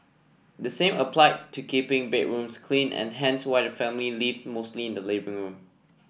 the same applied to keeping bedrooms clean and hence why the family lived mostly in the living room